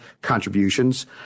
contributions